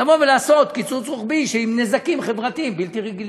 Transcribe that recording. לעשות קיצוץ רוחבי עם נזקים חברתיים בלתי רגילים.